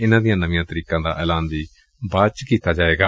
ਇਨ੍ਹਾਂ ਦੀਆਂ ਨਵੀਆਂ ਤਰੀਕਾਂ ਦਾ ਐਲਾਨ ਵੀ ਬਾਅਦ ਚ ਕੀਤਾ ਜਾਏਗਾ